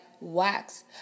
wax